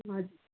हजुर